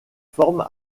forme